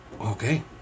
okay